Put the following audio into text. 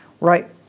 right